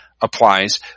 applies